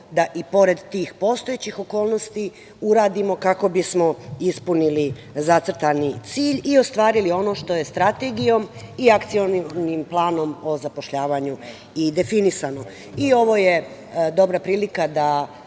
da i pored tih postojećih okolnosti uradimo kako bismo ispunili zacrtani cilj i ostvarili ono što je Strategijom i Akcionim planom o zapošljavanju i definisano. Ovo je dobra prilika da